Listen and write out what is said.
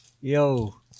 yo